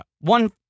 One